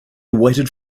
waited